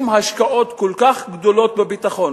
עם השקעות כל כך גדולות בביטחון.